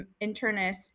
internists